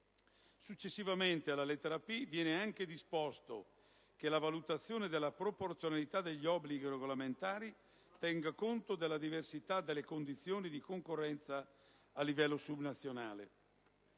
Successivamente, alla lettera *p)*, viene anche disposto che la valutazione della proporzionalità degli obblighi regolamentari tenga conto della diversità delle condizioni di concorrenza a livello subnazionale.